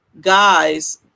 guys